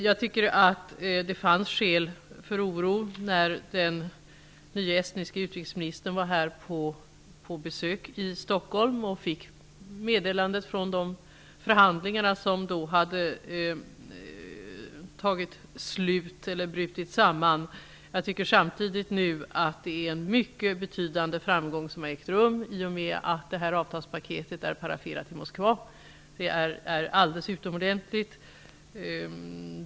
Jag tycker att det fanns skäl för oro när den nye estniske utrikesministern var på besök här i Stockholm och fick meddelandet från förhandlingarna om att de hade brutit samman. Jag tycker samtidigt att det är en mycket betydande framgång som nu har ägt rum i och med att avtalspaketet är paraferat i Moskva. Det är alldeles utomordentligt.